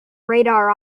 radar